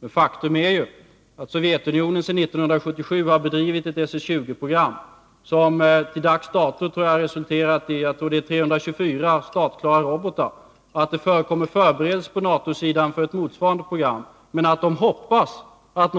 Men faktum är ju att Sovjetunionen sedan 1977 genomfört sitt 39 rande i det internationella nedrustningsarbetet SS 20-program, som till dags dato resulterat i 324, tror jag att det är, startklara robotar och att det på NATO-sidan förekommer förberedelser för ett motsvarande program, men att man inom NATO hoppas att